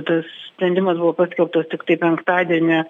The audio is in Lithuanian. tas sprendimas buvo paskelbtas tiktai penktadienį